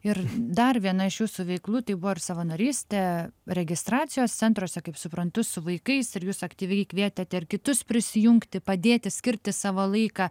ir dar viena iš jūsų veiklų tai buvo ir savanorystė registracijos centruose kaip suprantu su vaikais ir jūs aktyviai kvietėte kitus prisijungti padėti skirti savo laiką